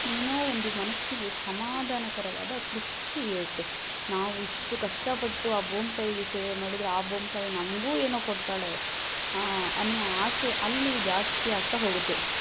ಏನೋ ಒಂದು ಮನಸ್ಸಿಗೆ ಸಮಾಧಾನಕರವಾದ ತೃಪ್ತಿ ಇರುತ್ತೆ ನಾವು ಇಷ್ಟು ಕಷ್ಟಪಟ್ಟು ಆ ಭೂಮಿತಾಯಿಗೆ ಸೇವೆ ಮಾಡಿದರೆ ಆ ಭೂಮಿತಾಯಿ ನಮಗೂ ಏನೋ ಕೊಡ್ತಾಳೆ ಅನ್ನೊ ಆಸೆ ಅಲ್ಲಿ ಜಾಸ್ತಿ ಆಗ್ತಾ ಹೋಗತ್ತೆ